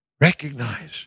Recognize